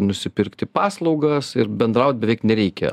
nusipirkti paslaugas ir bendraut beveik nereikia